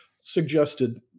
suggested